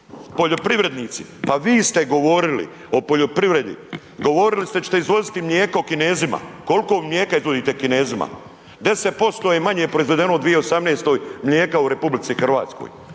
Poljoprivrednici, pa vi ste govorili o poljoprivredi, govorili ste da ćete izvoziti mlijeko Kinezima, koliko mlijeka izvozite Kinezima, 10% je manje proizvedeno u 2018. mlijeka u RH. Prazna